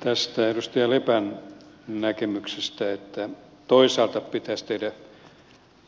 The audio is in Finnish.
tästä edustaja lepän näkemyksestä että toisaalta pitäisi tehdä